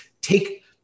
take